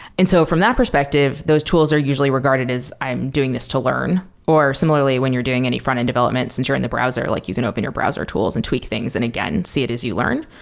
and so from that perspective, those tools are usually regarded as i am doing this to learn. similarly, when you're doing any frontend developments since you're in the browser, like you can open your browser tools and tweak things and, again, see it is you learn.